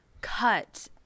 cut